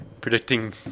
predicting